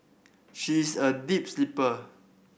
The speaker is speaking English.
she is a deep sleeper